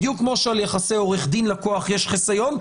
בדיוק כמו שעל יחסי עורך דין לקוח יש חיסיון,